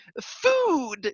Food